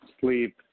sleep